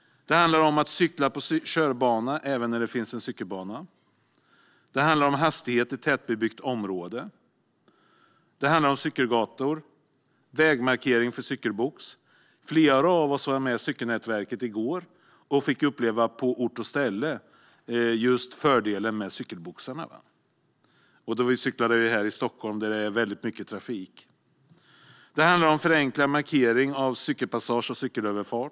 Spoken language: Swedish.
Det handlar om att cykla på körbana även när det finns en cykelbana. Det handlar om hastighet i tätbebyggt område. Det handlar om cykelgator och vägmarkering för cykelbox. Flera av oss var med cykelnätverket i går och fick på ort och ställe uppleva fördelen med cykelboxarna när vi cyklade här i Stockholm, där det är väldigt mycket trafik. Det handlar om förenklad markering av cykelpassage och cykelöverfart.